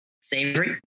savory